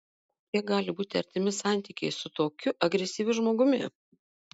kokie gali būti artimi santykiai su tokiu agresyviu žmogumi